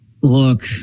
Look